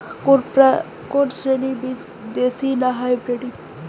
কোন শ্রেণীর বীজ দেশী না হাইব্রিড?